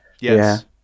Yes